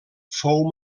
fou